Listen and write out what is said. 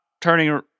turning